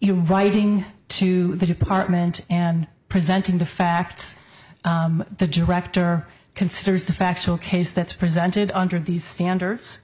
u writing to the department and presenting the facts the director considers the factual case that's presented under these standards